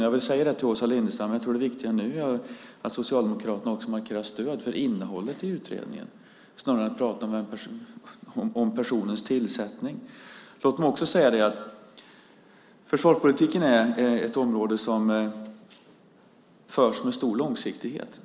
Jag vill säga till Åsa Lindestam att jag tror att det nu är viktigare att Socialdemokraterna markerar stöd för innehållet i utredningen i stället för att prata om personens tillsättning. Låt mig också säga att försvarspolitiken är ett område med stor långsiktighet.